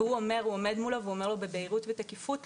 הוא עומד מולו ואומר לו בבהירות ובתקיפות,